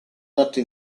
notte